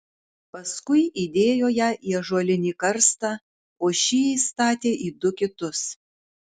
paskui įdėjo ją į ąžuolinį karstą o šį įstatė į du kitus